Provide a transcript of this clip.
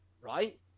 right